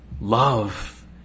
Love